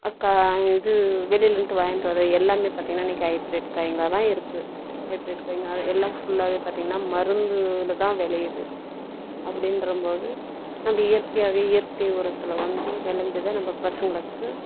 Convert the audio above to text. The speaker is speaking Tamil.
அக்கா இது வெளிலேன்ட்டு வாங்கிட்டு வர்ற எல்லாமே பார்த்தீங்கன்னா இன்றைக்கி ஹைப்ரேட் காய்ங்களாகதான் இருக்குது ஹைப்ரேட் காய்ங்கள் எல்லாம் ஃபுல்லாகவே பார்த்தீங்கன்னா மருந்தில்தான் விளையுது அப்படின்றம் போது நம்ப இயற்கையாகவே இயற்கை உரத்தில் வந்து வெளைஞ்சதை நம்ப பசங்களுக்கு